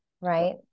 right